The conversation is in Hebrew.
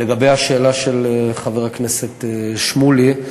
לגבי השאלה של חבר הכנסת שמולי,